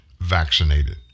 vaccinated